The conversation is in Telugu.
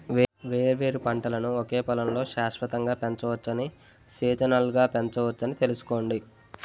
వేర్వేరు పంటలను ఒకే పొలంలో శాశ్వతంగా పెంచవచ్చని, సీజనల్గా పెంచొచ్చని తెలుసుకోండి